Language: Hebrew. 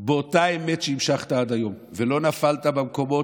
באותה אמת שהמשכת עד היום ולא נפלת במקומות,